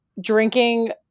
drinking